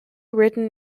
written